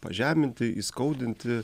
pažeminti įskaudinti